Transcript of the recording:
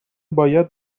باید